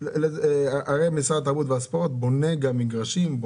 הרי משרד התרבות והספורט בונה גם מגרשים.